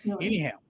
Anyhow